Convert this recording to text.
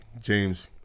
James